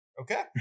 Okay